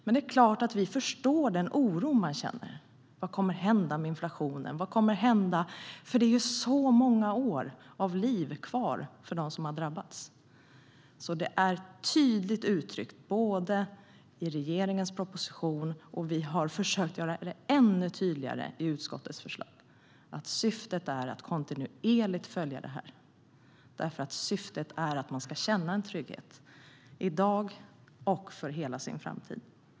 Det är klart att vi förstår den oro man känner. Vad kommer att hända med inflationen? Vad kommer att hända? Det är ju så många år av liv kvar för dem som har drabbats. Därför är det tydligt uttryckt, både i regeringens proposition och i utskottets förslag, som vi har försökt göra ännu tydligare, att syftet är att kontinuerligt följa det här. Syftet är ju att man ska känna en trygghet i dag och för hela sin framtid.